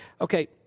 Okay